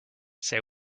say